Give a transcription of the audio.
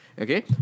Okay